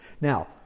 Now